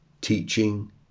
teaching